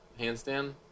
handstand